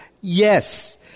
Yes